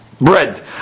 bread